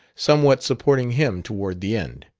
somewhat supporting him toward the end.